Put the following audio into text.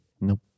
Nope